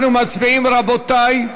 אנחנו מצביעים, רבותי,